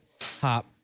hop